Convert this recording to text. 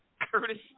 Curtis